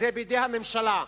שזה בידי הממשלה.